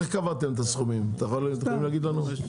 איך קבעתם את הסכומים אתם יכולים להגיד לנו?